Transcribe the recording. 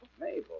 Mabel